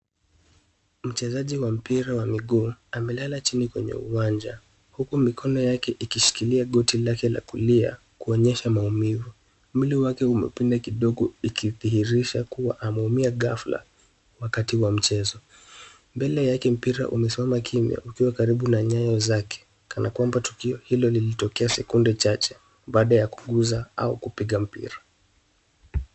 Mchezaji wa mpira wa miguu amelala chini kwenye uwanja huku mikono yake ikishikilia goti lake la kulia kuonyesha maumivu. Mwili wake umepinda kidogo ikidhihirisha kuwa ameumia ghafla wakati wa mchezo. Mbele yake mpira umesimama kimya ukiwa karibu na nyayo zake kana kwamba tukio hilo lilitokea sekunde chache baada ya kugusa au kupiga mpira.